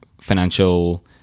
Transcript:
financial